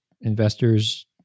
investors